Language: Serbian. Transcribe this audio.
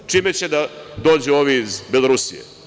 Čime će da dođu ovi iz Belorusije?